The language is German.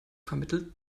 vermittelt